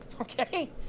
Okay